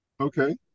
Okay